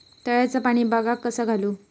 तळ्याचा पाणी बागाक कसा घालू?